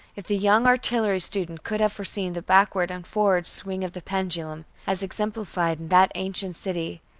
if the young artillery student could have foreseen the backward and forward swing of the pendulum, as exemplified in that ancient city,